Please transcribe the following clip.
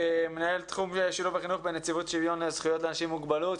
מנהל תחום שילוב וחינוך בנציבות שוויון זכויות לאנשים עם מוגבלות.